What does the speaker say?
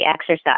exercise